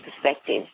perspective